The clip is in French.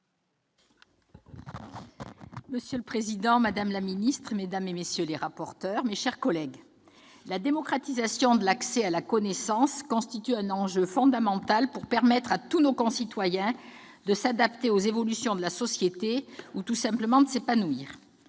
Monsieur le président, madame la ministre, mesdames, messieurs les rapporteurs, mes chers collègues, la démocratisation de l'accès à la connaissance constitue un enjeu fondamental pour permettre à tous nos concitoyens de s'adapter aux évolutions de la société ou, tout simplement, de s'épanouir.